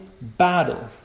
battle